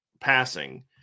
passing